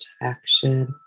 protection